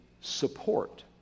support